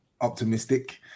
optimistic